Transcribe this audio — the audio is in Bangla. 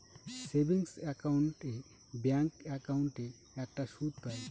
সেভিংস একাউন্ট এ ব্যাঙ্ক একাউন্টে একটা সুদ পাই